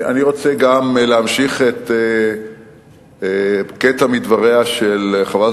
אני רוצה גם להמשיך קטע מדבריה של חברת